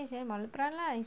மழுப்புறான்:maluppuraan lah